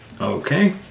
Okay